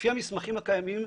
לפי המסמכים הקיימים,